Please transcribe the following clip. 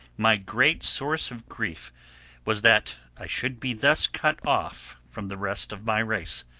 my great source of grief was that i should be thus cut off from the rest of my race.